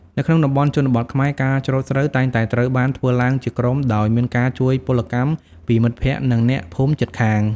នៅក្នុងតំបន់ជនបទខ្មែរ ការច្រូតស្រូវតែងតែត្រូវបានធ្វើឡើងជាក្រុមដោយមានការជួយពលកម្មពីមិត្តភក្តិនិងអ្នកភូមិជិតខាង។